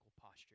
posture